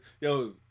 yo